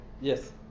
Yes